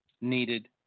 needed